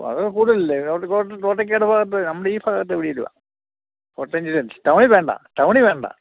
ഓ അതൊക്കെ കൂടുതൽ അല്ലേ തോട്ടക്കാട് ഭാഗത്ത് നമ്മുടെ ഈ ഭാഗത്ത് എവീടേലും ആ കോട്ടയം ജില്ലയിൽ ടൗണിൽ വേണ്ട ടൗണിൽ വേണ്ട